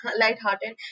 lighthearted